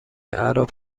اعراب